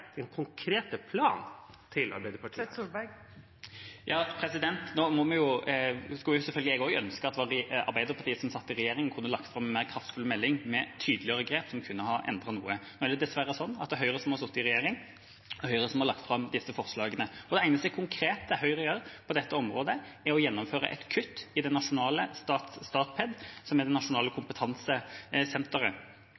den konkrete planen til Arbeiderpartiet? Nå skulle selvfølgelig også jeg ønske at det var Arbeiderpartiet som satt i regjering, og da kunne lagt fram en mer kraftfull melding, med tydeligere grep som kunne ha endret noe. Nå er det dessverre sånn at det er Høyre som har sittet i regjering, det er Høyre som har lagt fram disse forslagene, og det eneste konkrete Høyre gjør på dette området, er å gjennomføre et kutt i Statped, som er det nasjonale kompetansesenteret for spesialundervisning. Og hvis svaret til Høyre samtidig er